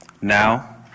Now